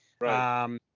Right